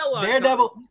Daredevil